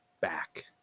back